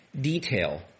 detail